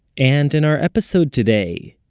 and in our episode today,